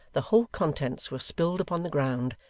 the whole contents were spilled upon the ground,